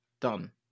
Done